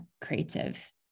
creative